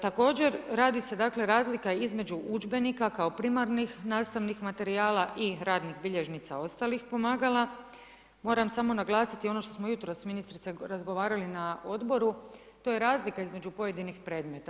Također, radi se dakle razlika između udžbenika kao primarnih nastavnih materijala i radnih bilježnica ostalih pomagala, moram samo naglasiti ono što smo jutros ministrice razgovarali na odboru, to je razlika između pojedinih predmeta.